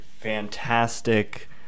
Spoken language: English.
fantastic